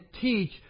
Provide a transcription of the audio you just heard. teach